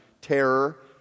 terror